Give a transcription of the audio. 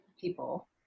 people